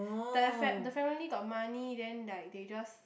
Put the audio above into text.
like the fam~ the family got money then like they just